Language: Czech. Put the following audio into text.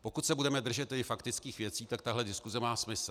Pokud se budeme držet faktických věcí, tak tahle diskuse má smysl.